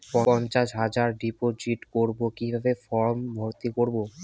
পঞ্চাশ হাজার ডিপোজিট করবো কিভাবে ফর্ম ভর্তি করবো?